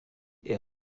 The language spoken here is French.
est